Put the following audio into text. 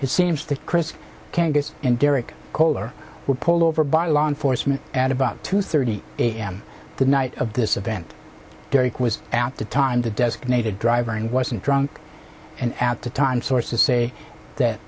it seems that chris can guess and derek kohler were pulled over by law enforcement at about two thirty a m the night of this event derek was at the time the designated driver and wasn't drunk and at the time sources say that